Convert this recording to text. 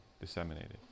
disseminated